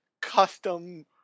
custom